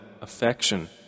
affection